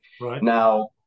now